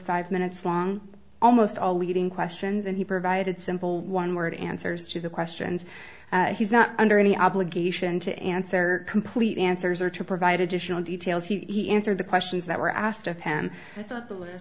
five minutes long almost all leading questions and he provided simple one word answers to the questions he's not under any obligation to answer complete answers or to provide additional details he answered the questions that were asked of him i thought the